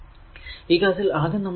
ഈ കേസിൽ KCL എഴുതാനായി ബുദ്ധിമുട്ടുണ്ട്